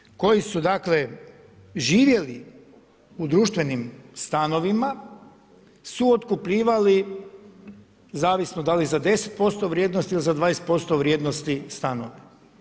Stanar koji su, dakle, živjeli u društvenim stanovima su otkupljivali, zavisno da li za 10% vrijednosti ili za 20% vrijednosti stanova.